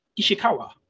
Ishikawa